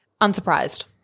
Unsurprised